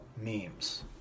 memes